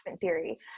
theory